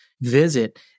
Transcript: visit